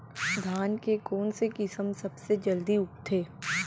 धान के कोन से किसम सबसे जलदी उगथे?